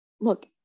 look